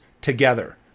together